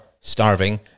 starving